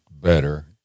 better